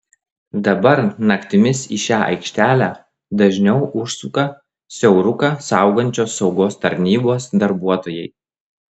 dabar naktimis į šią aikštelę dažniau užsuka siauruką saugančios saugos tarnybos darbuotojai